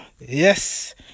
Yes